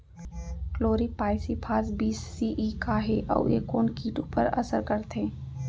Chlorpyrifos बीस CE का हे अऊ ए कोन किट ऊपर असर करथे?